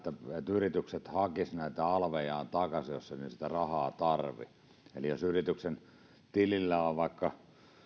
yritykset hakisivat näitä alvejaan takaisin jos ne eivät sitä rahaa tarvitse eli jos yrityksen tilillä on vaikka